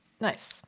nice